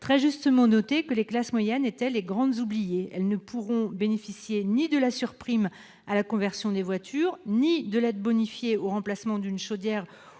très justement noté que les classes moyennes étaient les grandes oubliées : elles ne pourront bénéficier ni de la surprime à la conversion des voitures ni de l'aide bonifiée pour le remplacement d'une chaudière